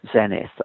zenith